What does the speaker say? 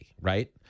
right